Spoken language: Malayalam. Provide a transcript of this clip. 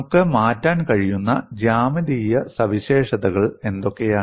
നമുക്ക് മാറ്റാൻ കഴിയുന്ന ജ്യാമിതീയ സവിശേഷതകൾ എന്തൊക്കെയാണ്